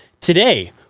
today